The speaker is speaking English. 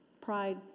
pride